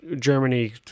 Germany